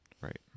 Right